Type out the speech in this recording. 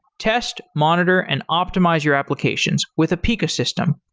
test, monitor, and optimize your applications with apica system.